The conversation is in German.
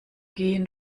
gehen